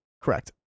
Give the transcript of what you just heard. correct